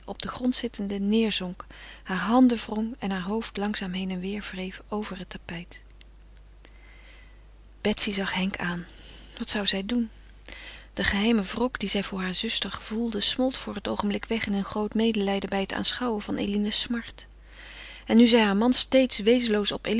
op den grond zittende neêrzonk hare handen wrong en heur hoofd langzaam heen en weêr wreef over het tapijt betsy zag henk aan wat zou zij doen de geheime wrok dien zij voor hare zuster gevoelde smolt voor het oogenblik weg in een groot medelijden bij het aanschouwen van eline's smart en nu zij haar man steeds wezenloos op eline